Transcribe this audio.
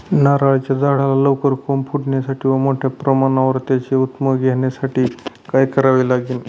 नारळाच्या झाडाला लवकर कोंब फुटण्यासाठी व मोठ्या प्रमाणावर त्याचे उत्पादन घेण्यासाठी काय करावे लागेल?